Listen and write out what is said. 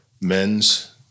men's